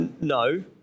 no